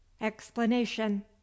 Explanation